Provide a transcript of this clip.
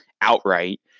outright